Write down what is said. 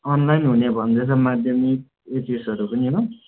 online हुने भन्दै छ माध्यमिक एचएसहरू पनि हो